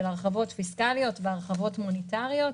של הרחבות פיסקליות והרחבות מוניטריות,